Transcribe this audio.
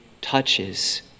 touches